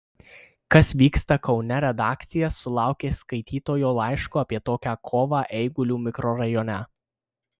kas vyksta kaune redakcija sulaukė skaitytojo laiško apie tokią kovą eigulių mikrorajone